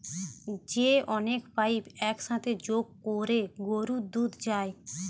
যে অনেক পাইপ এক সাথে যোগ কোরে গরুর দুধ যায়